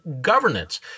governance